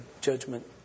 judgment